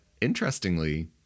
interestingly